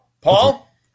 Paul